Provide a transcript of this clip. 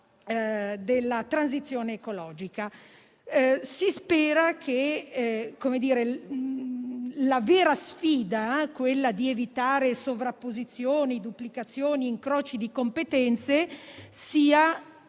della transizione ecologica: si spera che la vera sfida di evitare sovrapposizioni, duplicazioni e incroci di competenze sia